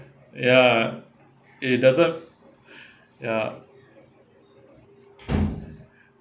ya it doesn't ya